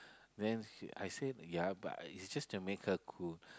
then she I said ya but I is just to make her cool